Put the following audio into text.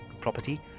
property